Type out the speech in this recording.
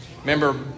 Remember